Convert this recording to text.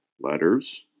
letters